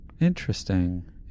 Interesting